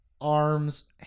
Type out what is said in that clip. arms